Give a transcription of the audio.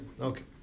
okay